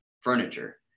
furniture